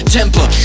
temper